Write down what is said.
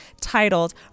titled